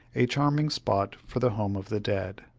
a charming spot for the home of the dead.